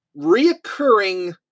reoccurring